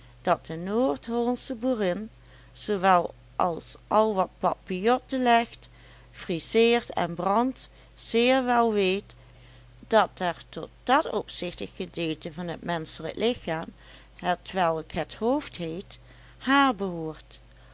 dat de noordhollandsche boerin zoowel als al wat papillotten legt friseert en brandt zeer wel weet dat er tot dat opzichtig gedeelte van t menschelijk lichaam hetwelk het hoofd heet haar behoort